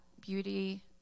beauty